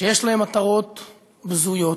שיש להן מטרות בזויות.